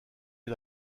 est